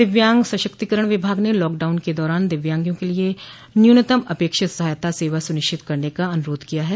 दिव्यांग सशक्तिकरण विभाग ने लॉकडाउन के दौरान दिव्यांगों के लिए न्यूनतम अपेक्षित सहायता सेवा सुनिश्चित करने का अनुरोध किया है